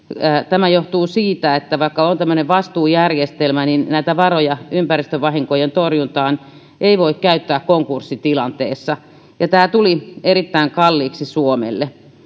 tämä johtuu siitä että vaikka on tämmöinen vastuujärjestelmä niin näitä varoja ympäristövahinkojen torjuntaan ei voi käyttää konkurssitilanteessa tämä tuli erittäin kalliiksi suomelle